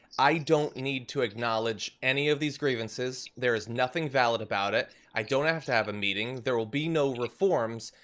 i don't need to acknowledge any of these grievances, there is nothing valid about it. i don't have to have a meeting, there'll be no reforms,